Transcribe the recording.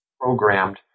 programmed